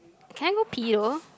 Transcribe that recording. can I go pee though